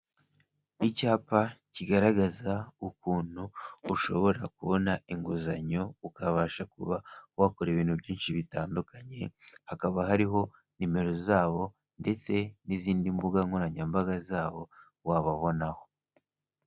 Icyapa kigaragaza ukuntu ushobora kubona inguzanyo ukabasha kuba wakora ibintu byinshi bitandukanye hakaba hariho nimero zabo ndetse n'izindi mbuga nkoranyambaga zabo wababonaho.